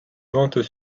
ventes